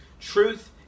Truth